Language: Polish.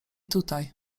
tutaj